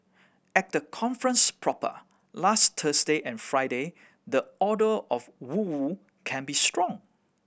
at the conference proper last Thursday and Friday the odour of woo woo can be strong